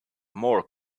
more